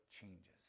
changes